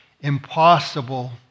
impossible